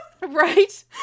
Right